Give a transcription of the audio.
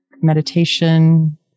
meditation